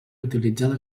utilitzada